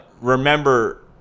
remember